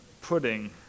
pudding